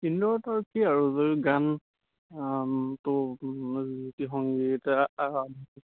ইনড'ৰত আৰু কি আৰু জৰি গান আৰু তোৰ জ্যোতি সংগীত আৰু